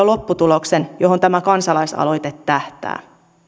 lopputuloksen johon tämä kansalaisaloite tähtää